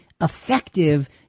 effective